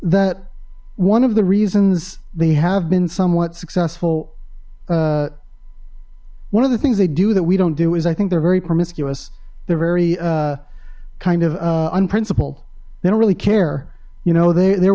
that one of the reasons they have been somewhat successful one of the things they do that we don't do is i think they're very promiscuous they're very kind of unprincipled they don't really care you know they